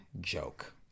joke